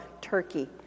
Turkey